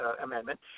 Amendment